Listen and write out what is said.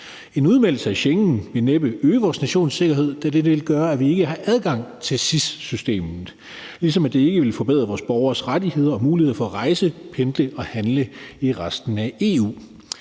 En udmeldelse af Schengen vil næppe øge vores nations sikkerhed, da det vil gøre, at vi ikke har adgang til SIS-systemet, ligesom det ikke vil forbedre vores borgeres rettigheder og muligheder for at rejse, pendle og handle i resten af EU.